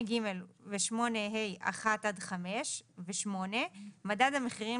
8ג ו-8ה(1) עד (5) ו-(8) - מדד המחירים